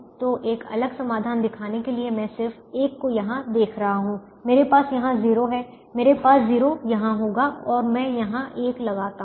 तो एक अलग समाधान दिखाने के लिए मैं सिर्फ 1 को यहां देख रहा हूं मेरे पास यहां 0 है मेरे पास 0 यहां होगा और मैं यहां 1 लगाता हूं